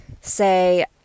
say